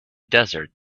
desert